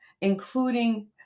including